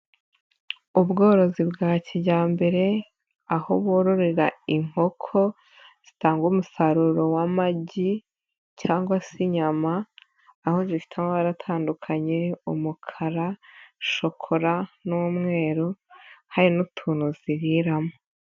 Ubworozi bwa kijyambere aho bororera inkoko zitanga umusaruro w'amagi cyangwa se inyama aho zifite amabara atandukanye umukara, shokora n'umweru hari n'utuntu ziriramo.